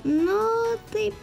nu taip